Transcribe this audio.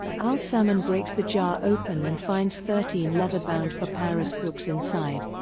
al-samman breaks the jar open and finds thirteen leather-bound papyrus books inside.